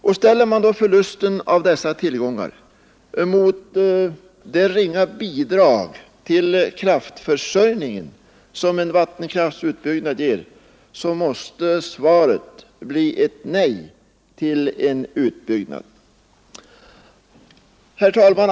Och om man ställer förlusten av dessa tillgångar mot det ringa bidrag till kraftförsörjningen som en vattenkraftsutbyggnad ger, så måste svaret bli ett nej till en utbyggnad. Herr talman!